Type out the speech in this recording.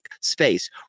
space